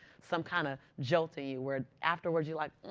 some kind of jolting where afterwards you're like,